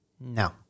No